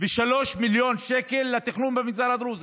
מיליון שקל לתכנון במגזר הדרוזי,